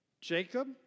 Jacob